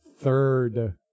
Third